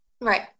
right